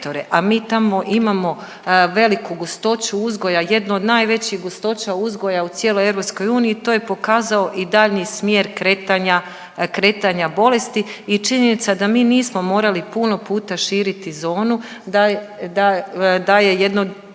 A mi tamo imamo veliku gustoću uzgoja, jednu od najvećih gustoća uzgoja u cijeloj EU, to je pokazao i daljnji smjer kretanja, kretanja bolesti i činjenica da mi nismo morali puno puta širiti zonu, da je jedno